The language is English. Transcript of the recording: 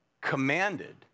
commanded